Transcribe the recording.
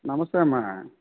నమస్తే అమ్మ